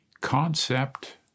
Concept